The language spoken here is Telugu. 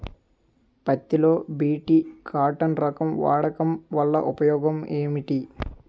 పత్తి లో బి.టి కాటన్ రకం వాడకం వల్ల ఉపయోగం ఏమిటి?